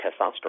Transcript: testosterone